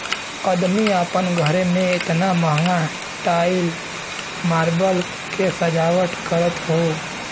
अदमी आपन घरे मे एतना महंगा टाइल मार्बल के सजावट करत हौ